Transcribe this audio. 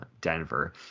Denver